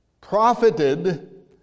profited